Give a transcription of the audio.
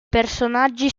personaggi